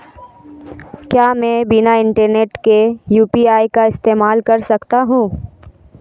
क्या मैं बिना इंटरनेट के यू.पी.आई का इस्तेमाल कर सकता हूं?